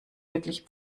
wirklich